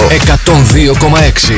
102,6